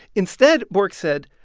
instead, bork said,